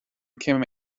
käme